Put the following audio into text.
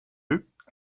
rupts